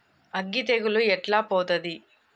అగ్గి తెగులు ఎట్లా పోతది?